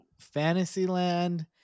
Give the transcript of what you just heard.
Fantasyland